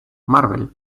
marvel